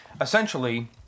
essentially